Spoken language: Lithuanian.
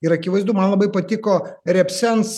ir akivaizdu man labai patiko repsens